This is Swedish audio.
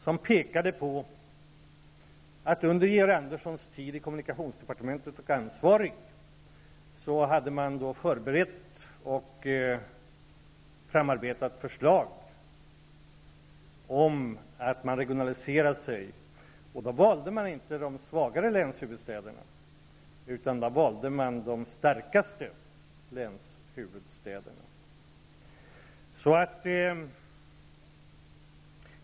De pekade på att man under Georg Anderssons tid i kommunikationsdepartementet som ansvarig, hade förberett och arbetat fram förslag om en regionalisering. Då valde man inte de svagare länshuvudstäderna, utan de starkaste länshuvudstäderna.